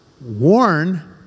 Warn